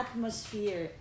Atmosphere